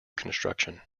construction